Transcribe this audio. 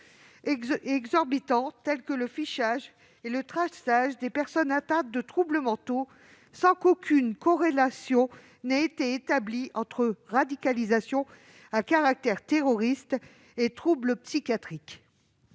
exorbitants tels que le fichage et le traçage des personnes atteintes de troubles mentaux, sans qu'aucune corrélation ait été établie entre radicalisation à caractère terroriste et troubles psychiatriques.